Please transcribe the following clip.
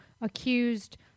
accused